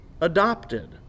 adopted